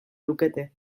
lukete